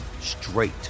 straight